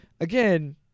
again